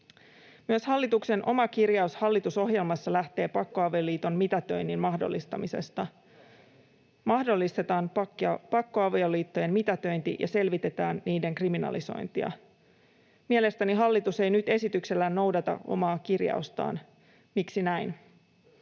Myös hallituksen oma kirjaus hallitusohjelmassa lähtee pakkoavioliiton mitätöinnin mahdollistamisesta: ”Mahdollistetaan pakkoavioliittojen mitätöinti ja selvitetään niiden kriminalisointia.” Mielestäni hallitus ei nyt esityksellään noudata omaa kirjaustaan. Miksi näin?